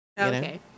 Okay